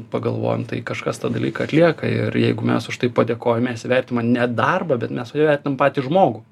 pagalvojam tai kažkas tą dalyką atlieka ir jeigu mes už tai padėkojam mes įvertinam ne darbą bet mes įvertinam patį žmogų